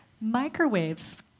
Microwaves